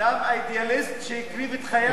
אדם אידיאליסט שהקריב את חייו למען,